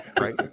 Right